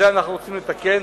את זה אנחנו רוצים לתקן,